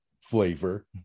flavor